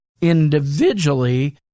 individually